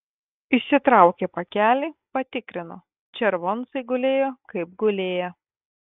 išsitraukė pakelį patikrino červoncai gulėjo kaip gulėję